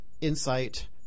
insight